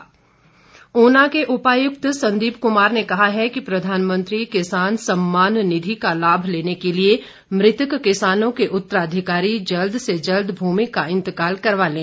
DC Una Una के उपायुक्त संदीप कुमार ने कहा है कि प्रधानमंत्री किसान सम्मान निधि का लाभ लेने के लिए मृतक किसानों के उतराधिकारी जल्द से जल्द भूमि का इंतकाल करवा लें